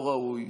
לא ראוי.